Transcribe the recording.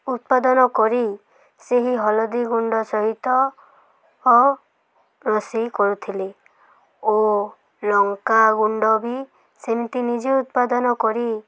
ଉତ୍ପାଦନ କରି ସେହି ହଳଦୀ ଗୁଣ୍ଡ ସହିତ ଓ ରୋଷେଇ କରୁଥିଲେ ଓ ଲଙ୍କାଗୁଣ୍ଡ ବି ସେମିତି ନିଜେ ଉତ୍ପାଦନ କରି